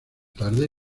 tarde